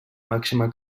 màxima